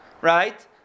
Right